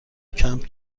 کمپ